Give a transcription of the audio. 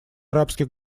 арабских